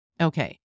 Okay